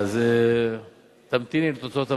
אז תמתיני לתוצאות הוועדה.